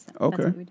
okay